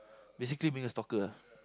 basically being a stalker ah